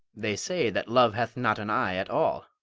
they say that love hath not an eye at all.